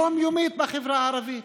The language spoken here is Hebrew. יום-יומית, בחברה הערבית,